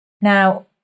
Now